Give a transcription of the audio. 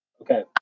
Okay